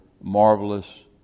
marvelous